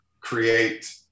create